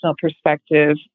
perspective